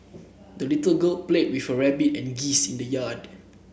the little girl played with her rabbit and geese in the yard